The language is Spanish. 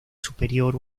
superior